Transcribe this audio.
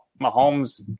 Mahomes